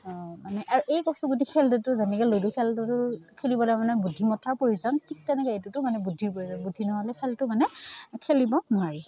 মানে আৰু এই কচুগুটি খেলটোতো যেনেকৈ লুডু খেলটোতো খেলিবলৈ মানে বুদ্ধিমত্তাৰ প্ৰয়োজন ঠিক তেনেকৈ এইটো মানে বুদ্ধিৰ প্ৰয়োজন বুদ্ধি নহ'লে খেলটো মানে খেলিব নোৱাৰি